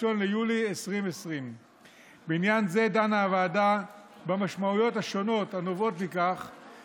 ב-1 ביולי 2020. בעניין זה דנה הוועדה במשמעויות השונות הנובעות מכך